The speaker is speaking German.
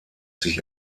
sich